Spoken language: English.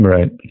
Right